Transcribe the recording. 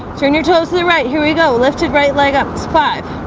turn your toes to the right here we go lifted right leg up. it's five